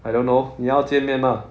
I don't know 你要见面吗